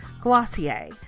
Glossier